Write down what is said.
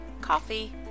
Coffee